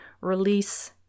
release